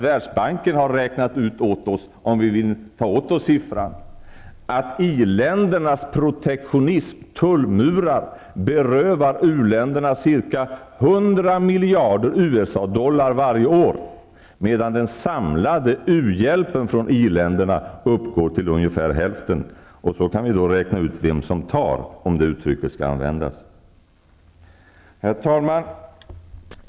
Världsbanken har räknat ut -- om vi nu vill ta till oss siffran -- att i-ländernas protektionism och tullmurar berövar u-länderna ca 100 miljarder USA-dollar varje år, medan den samlade u-hjälpen från i-länderna uppgår till ungefär hälften. Då kan vi räkna ut vem som tar, om det uttrycket skall användas. Herr talman!